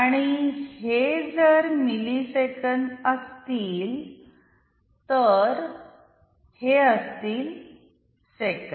आणि हे जर मिली सेकंद असतीलतर हे असतील सेकंद